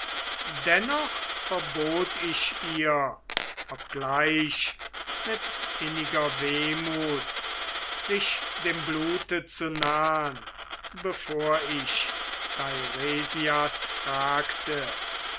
dennoch verbot ich ihr obgleich mit inniger wehmut sich dem blute zu nahn bevor ich teiresias fragte